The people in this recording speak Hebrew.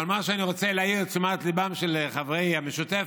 אבל מה שאני רוצה להעיר את תשומת ליבם של חברי המשותפת